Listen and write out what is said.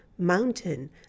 mountain